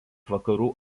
vakarų